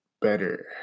better